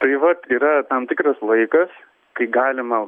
tai vat yra tam tikras laikas kai galima